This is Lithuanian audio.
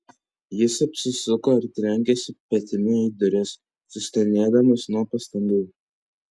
jis apsisuko ir trenkėsi petimi į duris sustenėdamas nuo pastangų